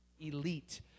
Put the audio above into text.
elite